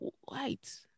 white